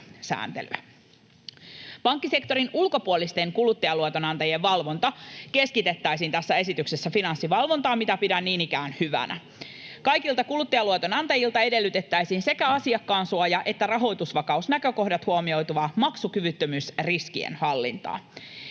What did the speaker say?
Pankkisektorin ulkopuolisten kuluttajaluotonantajien valvonta keskitettäisiin tässä esityksessä Finanssivalvontaan, mitä pidän niin ikään hyvänä. Kaikilta kuluttajaluotonantajilta edellytettäisiin sekä asiakkaansuoja- että rahoitusvakausnäkökohdat huomioivaa maksukyvyttömyysriskien hallintaa.